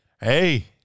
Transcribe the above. Hey